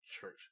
church